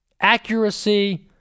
accuracy